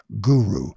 guru